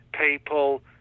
people